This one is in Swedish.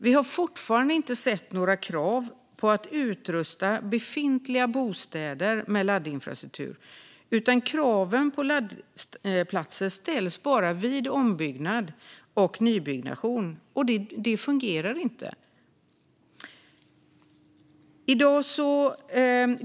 Vi har fortfarande inte sett några krav på att utrusta befintliga bostäder med laddinfrastruktur, utan krav på laddplatser ställs bara vid ombyggnad och nybyggnation. Det fungerar inte.